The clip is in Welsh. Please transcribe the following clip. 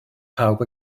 pawb